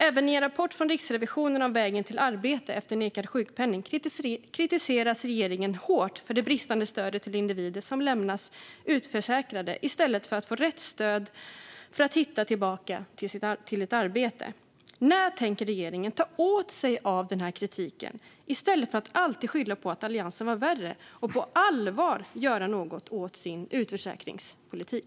Även i en rapport från Riksrevisionen om vägen till arbete efter nekad sjukpenning kritiseras regeringen hårt för det bristande stödet till individer som lämnas utförsäkrade i stället för att få rätt stöd för att hitta tillbaka till ett arbete. När tänker regeringen ta åt sig av denna kritik i stället för att alltid skylla på att Alliansen var värre och på allvar göra något åt sin utförsäkringspolitik?